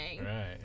Right